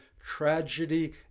tragedy